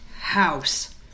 house